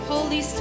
Holy